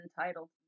entitled